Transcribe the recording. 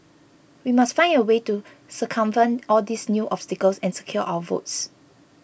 we must find a way to circumvent all these new obstacles and secure our votes